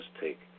take